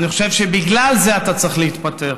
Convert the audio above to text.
אני חושב שבגלל זה אתה צריך להתפטר.